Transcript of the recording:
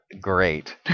Great